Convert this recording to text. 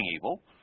evil